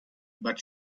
but